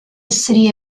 city